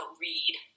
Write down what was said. read